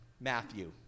Matthew